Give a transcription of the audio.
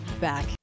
back